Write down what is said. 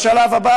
בשלב הבא,